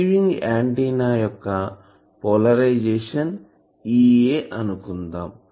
receiving antenna యొక్క polarisation Ea అని అనుకుందాం